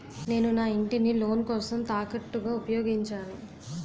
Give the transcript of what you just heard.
నేను నా ఇంటిని లోన్ కోసం తాకట్టుగా ఉపయోగించాను